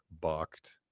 bucked